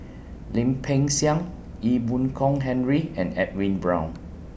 Lim Peng Siang Ee Boon Kong Henry and Edwin Brown